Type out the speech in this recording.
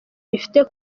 bifite